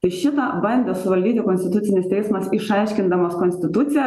tai šitą bandė suvaldyti konstitucinis teismas išaiškindamas konstituciją